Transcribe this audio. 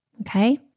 okay